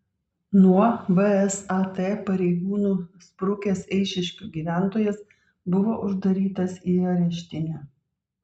nuo vsat pareigūnų sprukęs eišiškių gyventojas buvo uždarytas į areštinę